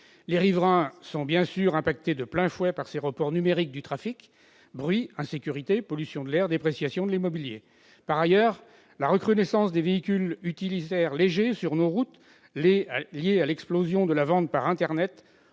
Les riverains sont bien sûr affectés de plein fouet par ces reports numériques du trafic : bruit, insécurité, pollution de l'air, dépréciation de l'immobilier ... Par ailleurs, la recrudescence des véhicules utilitaires légers sur nos routes, liée à l'explosion de la vente par internet,